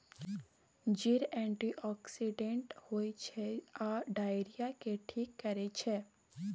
जीर एंटीआक्सिडेंट होइ छै आ डायरिया केँ ठीक करै छै